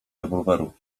rewolweru